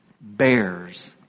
bears